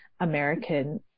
American